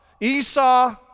Esau